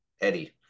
eddie